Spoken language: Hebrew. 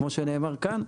כמו שנאמר כאן,